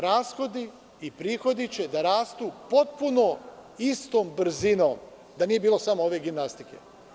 Rashodi i prihodi će da rastu potpuno istom brzinom, da nije bilo samo ove gimnastike.